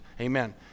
Amen